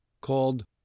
called